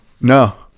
No